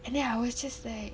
and then I was just like